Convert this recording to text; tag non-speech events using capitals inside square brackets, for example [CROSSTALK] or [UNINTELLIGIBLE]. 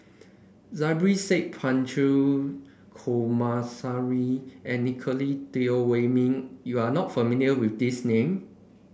Zubir Said Punch [UNINTELLIGIBLE] and Nicolette Teo Wei Min you are not familiar with these name